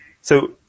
So-